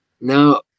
Now